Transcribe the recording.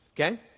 okay